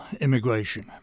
immigration